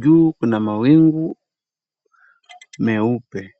Juu kuna mawingu meupe.